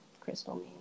crystal